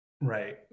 right